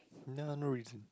ya no reason